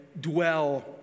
dwell